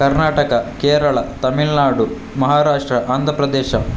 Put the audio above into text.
Karnataka Kerala Tamil Nadu Maharashtra Andhra Pradesh